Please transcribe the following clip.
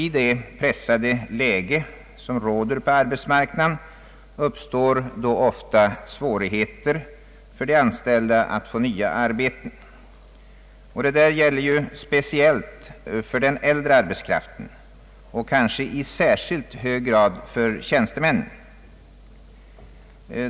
I det pressade läge som råder på arbetsmarknaden uppstår då ofta svårigheter för de anställda att få nya arbeten. Detta gäller speciellt för den äldre arbetskraften och kanske i särskilt hög grad för tjänstemännen.